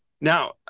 Now